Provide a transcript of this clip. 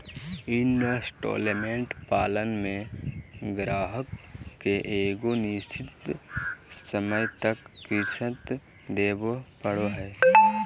instalment plan मे गाहक के एगो निश्चित समय तक किश्त देवे पड़ो हय